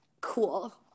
cool